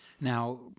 Now